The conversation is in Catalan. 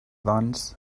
doncs